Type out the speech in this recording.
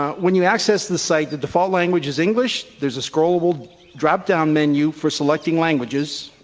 um when you access the site the default language is english. there's a scrollable drop-down menu for selecting languages,